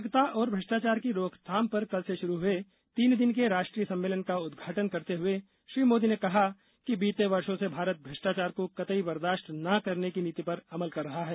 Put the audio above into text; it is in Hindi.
सतर्कता और भ्रष्टाचार की रोकथाम पर कल से शुरू हुए तीन दिन के राष्ट्रीय सम्मेलन का उद्घाटन करते हुए श्री मोदी ने कहा कि बीते वर्षो से भारत भ्रष्टाचार को कतई बर्दाश्त न करने की नीति पर अमल कर रहा है